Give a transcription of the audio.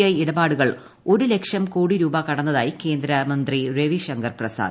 I ഇടപാടുകൾ ഒരു ലക്ഷം കോടി രൂപ കടന്നതായി കേന്ദ്രമന്ത്രി രവിശങ്കർ പ്രസാദ്